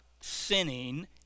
sinning